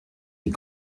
des